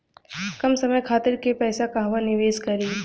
कम समय खातिर के पैसा कहवा निवेश करि?